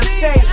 say